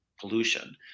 pollution